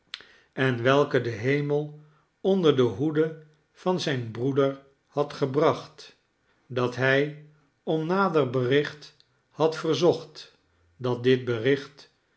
en welke de hemel onder de hoede van zijn broeder had gebracht dat hij om nader bericht had verzocht dat dit bericht